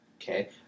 Okay